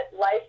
life